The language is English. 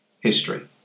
History